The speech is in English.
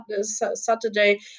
Saturday